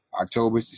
October